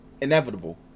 inevitable